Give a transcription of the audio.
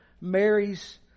Mary's